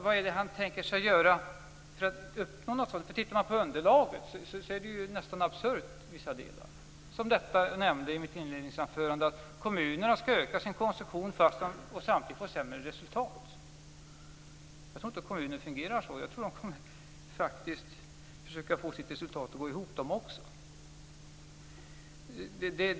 Vad tänker finansministern göra för att uppnå något sådant? Tittar man på underlaget ser man att det i vissa delar nästan är absurt. Jag nämnde i mitt inledningsanförande att kommunerna skall öka sin konsumtion och samtidigt få sämre resultat. Jag tror inte att kommuner fungerar så. Jag tror att de kommer att försöka få sitt resultat att gå ihop, de också.